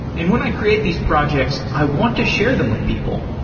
and when i create these projects, i want to share them with people.